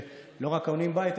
שלא רק קונים בית,